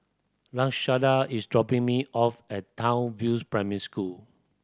Lashanda is dropping me off at Townsville Primary School